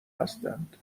هستند